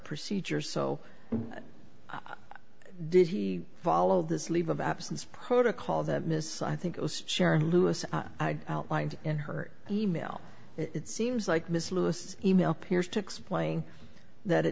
procedures so did he follow this leave of absence protocol the miss i think it was sharon lewis outlined in her email it seems like ms lewis e mail peers to explain that